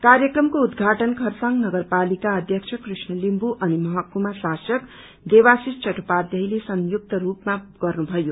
कार्यक्रमको उद्घाटन खरसाङ नगरपालिका अध्यक्ष कृष्ण लिम्बु अनि महकुमा शासक देवाशिष चट्टोपाध्ययले संयुक्त रूपमा गर्नुभयो